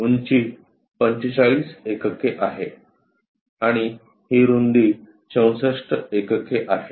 उंची 45 एकके आहे आणि ही रुंदी 64 एकके आहे